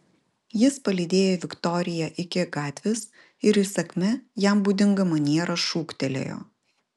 jis palydėjo viktoriją iki gatvės ir įsakmia jam būdinga maniera šūktelėjo